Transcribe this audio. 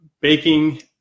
baking